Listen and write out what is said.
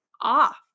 off